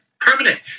Permanent